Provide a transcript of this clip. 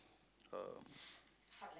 um